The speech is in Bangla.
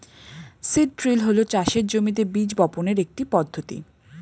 সিড ড্রিল হল চাষের জমিতে বীজ বপনের একটি পদ্ধতি